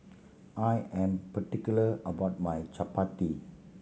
I am particular about my Chapati